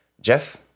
Jeff